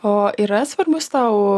o yra svarbus tau